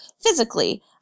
physically